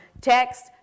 Text